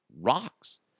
rocks